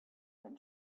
than